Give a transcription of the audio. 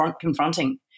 confronting